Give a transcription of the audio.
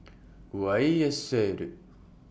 Y S L